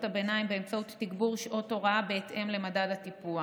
הביניים באמצעות תגבור שעות הוראה בהתאם למדד הטיפוח,